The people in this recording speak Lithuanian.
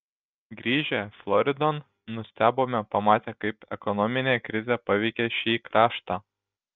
grįžę floridon nustebome pamatę kaip ekonominė krizė paveikė šį kraštą